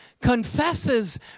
confesses